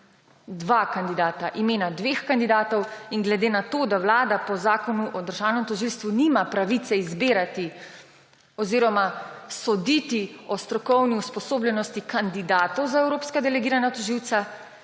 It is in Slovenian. imena dveh kandidatov. Glede na to, da Vlada po Zakonu o državnem tožilstvu nima pravice izbirati oziroma soditi o strokovni usposobljenosti kandidatov za evropska delegirana tožilca,